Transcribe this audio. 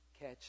catch